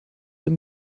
dem